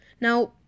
Now